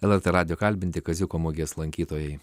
lrt radijo kalbinti kaziuko mugės lankytojai